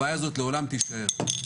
הבעיה הזו לעולם תישאר.